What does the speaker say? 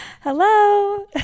Hello